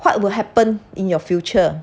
what will happen in your future